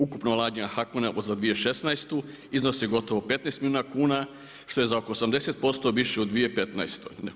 Ukupno … za 2016. iznosi gotovo 15 milijuna kuna, što je za oko 80% više u 2015.